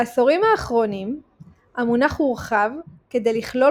בעשורים האחרונים המונח הורחב כדי לכלול